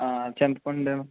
చింతపండు